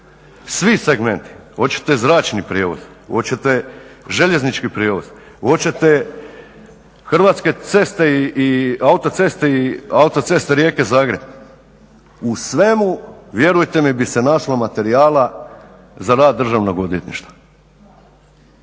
Svi segmenti hoćete zračni prijevoz, hoćete željeznički prijevoz, hoćete Hrvatske ceste i autoceste i autoceste Rijeka-Zagreb u svemu vjerujte mi bi se našlo materijala za rad Državnog odvjetništva.